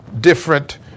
different